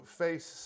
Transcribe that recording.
face